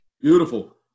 Beautiful